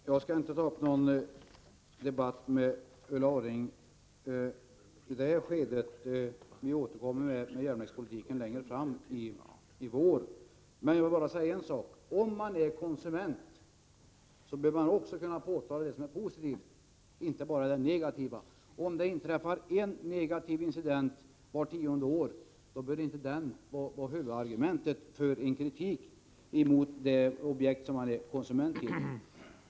Herr talman! Jag skall inte ta upp någon debatt med Ulla Orring i det här skedet. Vi återkommer till järnvägspolitiken längre fram i vår. Men jag vill säga att om man är konsument, så bör man också kunna framhålla det som är positivt, inte bara det som är negativt. Om det inträffar en incident vart tionde år, så bör inte den vara huvudargumentet i en kritik mot det objekt i fråga om vilket man är konsument.